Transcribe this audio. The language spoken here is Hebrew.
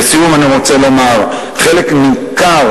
לסיום אני רוצה לומר: חלק ניכר,